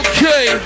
Okay